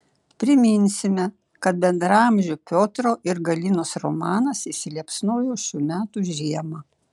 priminsime kad bendraamžių piotro ir galinos romanas įsiliepsnojo šių metų žiemą